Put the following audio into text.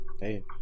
Hey